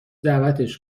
دعوتش